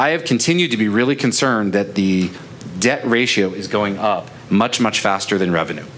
i have continued to be really concerned that the debt ratio is going up much much faster than revenue